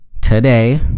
today